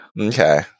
Okay